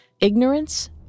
ignorance